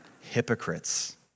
hypocrites